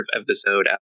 episode